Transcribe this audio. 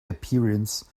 appearance